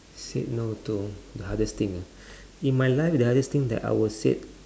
said no to the hardest thing ah in my life the hardest thing that I was said